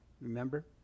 Remember